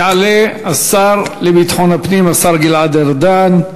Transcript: יעלה השר לביטחון הפנים, השר גלעד ארדן,